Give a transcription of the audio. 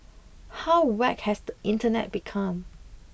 how whacked has the internet become